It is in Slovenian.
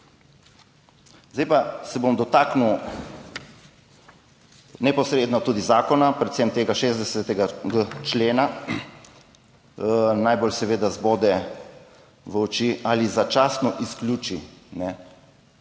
Zdaj pa se bom dotaknil neposredno tudi zakona, predvsem tega 60. člena. Najbolj seveda zbode v oči »ali začasno izključi«.